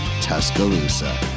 Tuscaloosa